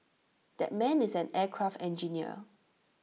that man is an aircraft engineer